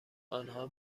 آنها